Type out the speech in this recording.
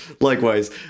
likewise